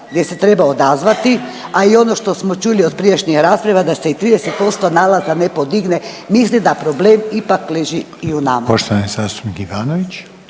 gdje se treba odazvati, a i ono što smo čuli od prijašnjih rasprava da se i 30% nalaza ne podigne, mislim da problem ipak leži i u nama.